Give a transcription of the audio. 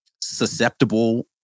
susceptible